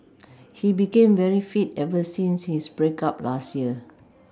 he became very fit ever since his break up last year